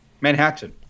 Manhattan